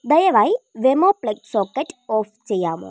ദയവായി WeMo plug socket off ചെയ്യാമോ